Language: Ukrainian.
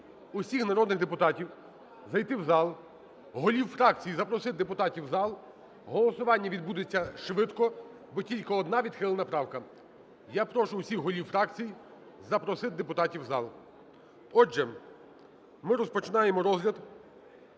всіх народних депутатів зайти в зал, голів фракцій запросити депутатів в зал, голосування відбудеться швидко, бо тільки одна відхилена правка. Я прошу всіх голів фракцій, запросити депутатів в зал. Отже, ми розпочинаємо розгляд